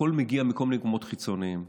הכול מגיע מכל מיני מקומות חיצוניים.